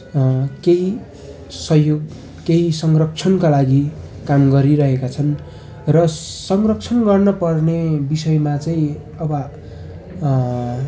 केही सहयोग केही संरक्षणका लागि काम गरिरहेका छन् र संरक्षण गर्नपर्ने विषयमा चाहिँ अब